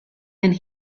and